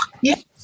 Yes